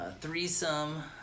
threesome